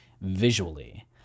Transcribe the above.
visually